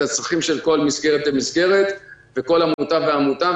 הצרכים של כל מסגרת ומסגרת וכל עמותה ועמותה.